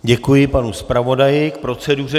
Děkuji panu zpravodaji k proceduře.